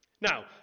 Now